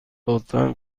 لطفا